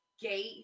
gate